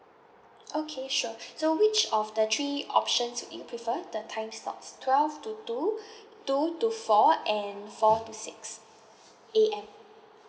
okay sure so which of the three options would you prefer the time slots twelve to two two to four and four to six A_M